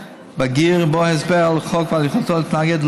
בגיר ובו הסבר על החוק ועל יכולתו להתנגד,